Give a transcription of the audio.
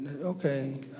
okay